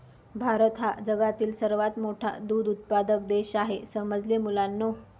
भारत हा जगातील सर्वात मोठा दूध उत्पादक देश आहे समजले मुलांनो